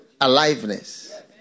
Aliveness